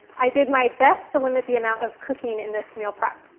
i did my best to limit the amount of cooking in this meal prep.